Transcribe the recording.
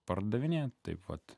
pardavinėti taip vat